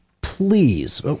please